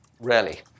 Rarely